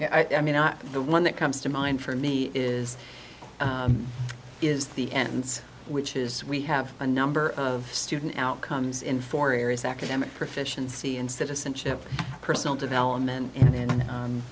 i mean not the one that comes to mind for me is is the ends which is we have a number of student outcomes in four areas academic proficiency in citizenship personal development in